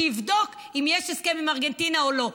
שיבדוק אם יש הסכם עם ארגנטינה או לא.